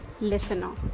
listener